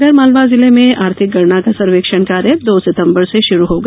आगरमालवा जिले में आर्थिक गणना का सर्वेक्षण कार्य दो सितंबर से शुरू होगा